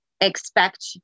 expect